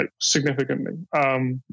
significantly